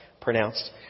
pronounced